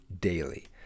daily